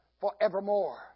forevermore